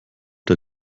der